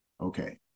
okay